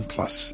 Plus